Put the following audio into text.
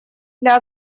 для